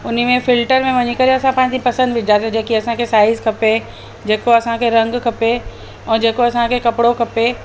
और उनमें फिल्टर में वञी करे पंहिंजी पसंदि विझदाससीं जेकी असांखे साइज़ खपे जेका असांखे रंग खपे ऐं जेको असांखे कपिड़ो खपे